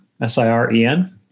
S-I-R-E-N